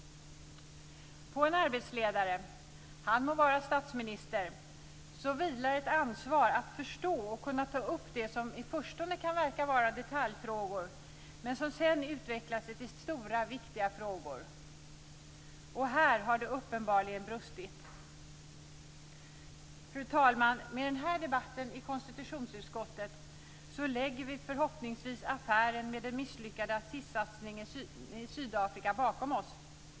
På en arbetsledare - han må vara statsminister - vilar ett ansvar att förstå och kunna ta upp det som i förstone kan verka vara detaljfrågor, men som sedan utvecklar sig till stora viktiga frågor. Här har det uppenbarligen brustit. Fru talman! Med den här debatten lägger vi i konstitutionsutskottet förhoppningsvis affären med den misslyckade artistsatsningen i Sydafrika bakom oss.